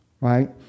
Right